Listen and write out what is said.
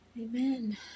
Amen